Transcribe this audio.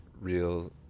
real